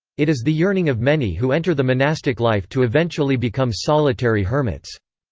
it is the yearning of many who enter the monastic life to eventually become solitary hermits.